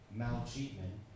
maltreatment